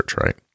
right